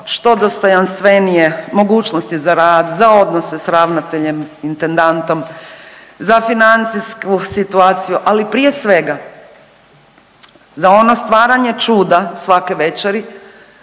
što dostojanstvenije mogućnosti za rad, za odnose s ravnateljem, intendantom, za financijsku situaciju, ali prije svega za ono stvaranje čuda svake večeri